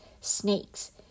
snakes